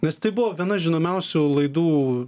nes tai buvo viena žinomiausių laidų